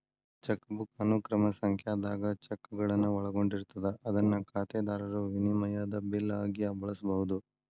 chequebook ಅನುಕ್ರಮ ಸಂಖ್ಯಾದಾಗ ಚೆಕ್ಗಳನ್ನ ಒಳಗೊಂಡಿರ್ತದ ಅದನ್ನ ಖಾತೆದಾರರು ವಿನಿಮಯದ ಬಿಲ್ ಆಗಿ ಬಳಸಬಹುದು